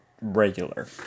regular